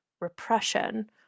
repression